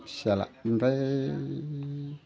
सियाला ओमफ्राय